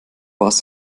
warst